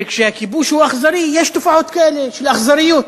וכשהכיבוש הוא אכזרי יש תופעות כאלה, של אכזריות.